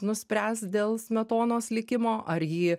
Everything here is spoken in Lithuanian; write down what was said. nuspręs dėl smetonos likimo ar jį